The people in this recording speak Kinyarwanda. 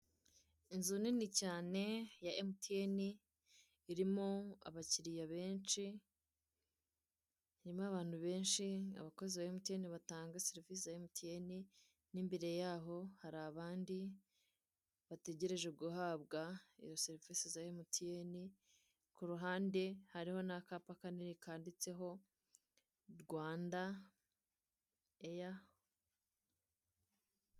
Inzu nini cyane ya MTN irimo abakiriya benshi irimo abantu benshi abakozi ba MTN batanga serivisi za MTN n'imbere yaho hari abandi bategereje guhabwa izo serivisi za MTN ku ruhande hariho n'akapa kanini kanditseho RwandaAir.